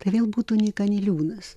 tai vėl būtų nyka niliūnas